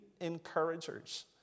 encouragers